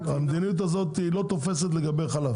המדיניות הזו לא תופסת לגבי חלב.